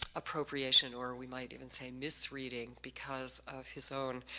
appropriation or we might even say misreading because of his own